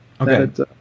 Okay